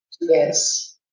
Yes